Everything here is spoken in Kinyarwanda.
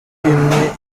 imwe